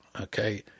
okay